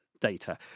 data